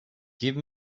give